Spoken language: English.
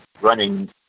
running